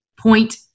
Point